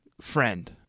friend